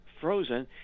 frozen